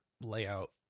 layout